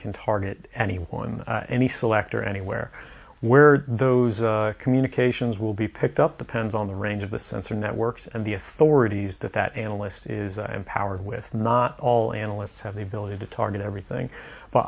can target anyone any selector anywhere where those communications will be picked up depends on the range of the sensor networks and the authorities that that analyst is empowered with not all analysts have the ability to target everything but